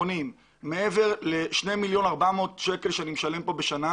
מעבר ל-2.400 שקלים שאני משלם כאן בשנה,